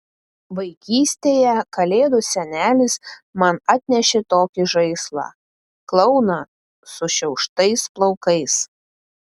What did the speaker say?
vaikystėje kalėdų senelis man atnešė tokį žaislą klouną sušiauštais plaukais